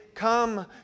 Come